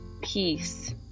peace